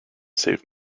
save